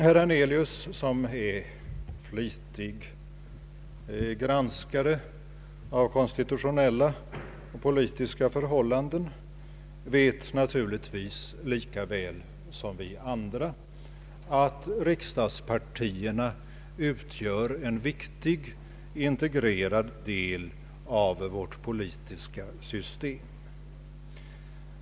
Herr Hernelius, som är en flitig granskare av konstitutionella och politiska förhållanden, vet naturligtvis lika väl som vi andra att riksdagspartierna utgör en viktig integrerad del av vårt politiska system.